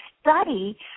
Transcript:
study